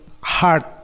heart